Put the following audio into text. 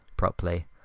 properly